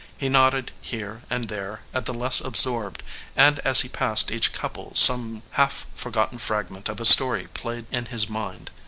he nodded here and there at the less absorbed and as he passed each couple some half-forgotten fragment of a story played in his mind,